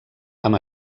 amb